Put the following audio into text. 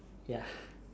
ya